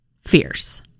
fierce